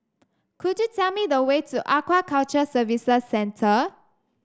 could you tell me the way to Aquaculture Services Centre